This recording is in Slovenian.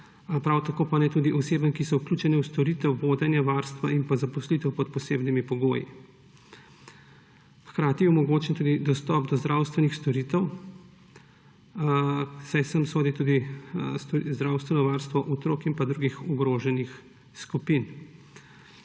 prav tako pa tudi ne osebam, ki so vključene v storitev vodenja, varstva in zaposlitev pod posebnimi pogoji. Hkrati je omogočen tudi dostop do zdravstvenih storitev, saj sem sodi tudi zdravstveno varstvo otrok in drugih ogroženih skupin.